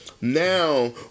now